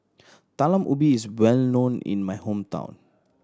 Talam Ubi is well known in my hometown